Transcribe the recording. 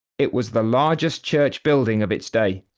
it was the largest church building of its day.